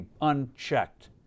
unchecked